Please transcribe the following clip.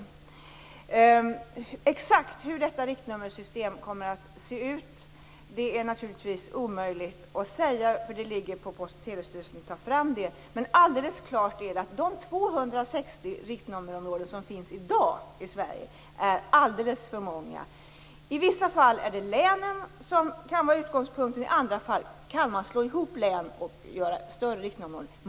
Exakt hur detta riktnummersystem kommer att se ut är naturligtvis omöjligt att säga. Det ligger på Postoch telestyrelsen att ta fram ett sådant. Men det är alldeles klart att de 260 riktnummerområden som finns i dag i Sverige är alldeles för många. I vissa fall kan länen vara utgångspunkten, i andra fall kan länen slås ihop för att skapa större riktnummerområden.